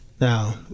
Now